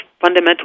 fundamental